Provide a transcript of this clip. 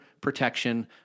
protection